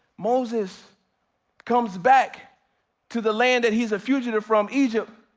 moses comes back to the land that he's a fugitive from egypt,